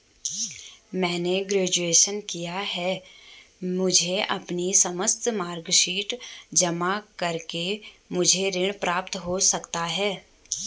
मैंने ग्रेजुएशन किया है मुझे अपनी समस्त मार्कशीट जमा करके मुझे ऋण प्राप्त हो सकता है?